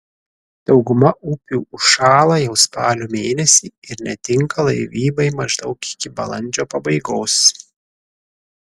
dauguma upių užšąla jau spalio mėnesį ir netinka laivybai maždaug iki balandžio pabaigos